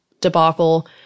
debacle